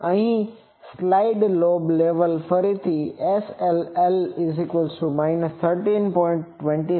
અને side lobe level ફરીથી SLL 13